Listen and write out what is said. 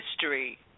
history